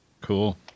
Cool